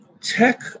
tech